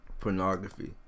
Pornography